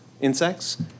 insects